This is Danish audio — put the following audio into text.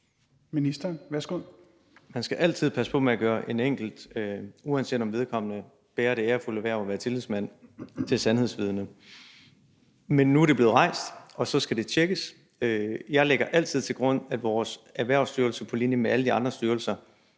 Kollerup): Man skal altid passe på med at gøre en enkelt person, uanset om vedkommende bærer det ærefulde hverv at være tillidsmand, til sandhedsvidne. Men nu er det blevet rejst, og så skal det tjekkes. Jeg lægger altid til grund, at vores Erhvervsstyrelse på linje med alle de andre styrelser